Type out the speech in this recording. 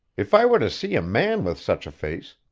if i were to see a man with such a face,